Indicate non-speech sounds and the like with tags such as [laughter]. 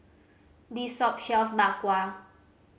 this [unintelligible] shop sells Bak Kwa